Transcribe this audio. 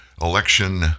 election